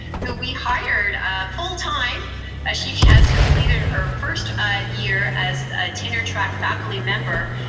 who we hired full time as she has completed her first year as tenure track faculty member.